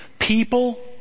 People